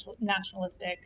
nationalistic